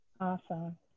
Awesome